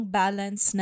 balance